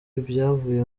ivyavuye